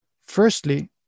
Firstly